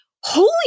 holy